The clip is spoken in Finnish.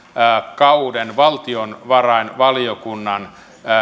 kauden valtiovarainvaliokunnan